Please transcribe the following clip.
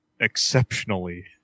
exceptionally